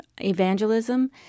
evangelism